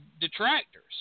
detractors